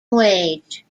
wage